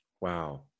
Wow